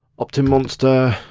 optinmonster,